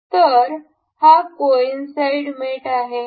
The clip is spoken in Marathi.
तर हा कोइनसाईड मेट आहे